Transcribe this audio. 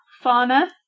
Fauna